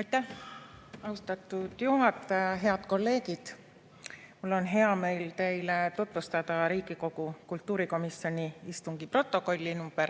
Aitäh, austatud juhataja! Head kolleegid! Mul on hea meel teile tutvustada Riigikogu kultuurikomisjoni istungi protokolli nr